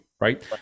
Right